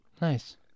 Nice